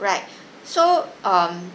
right so um